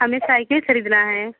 हमें साइकिल ख़रीदना है